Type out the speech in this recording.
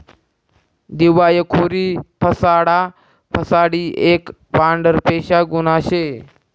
दिवायखोरी फसाडा फसाडी एक पांढरपेशा गुन्हा शे